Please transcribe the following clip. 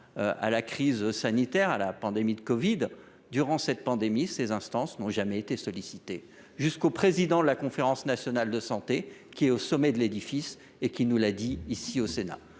à la crise sanitaire provoquée par la pandémie de covid 19. Durant cette pandémie, ces instances n’ont jamais été sollicitées – jusqu’au président de la Conférence nationale de santé, qui est au sommet de l’édifice, et qui nous l’a dit ici, au Sénat.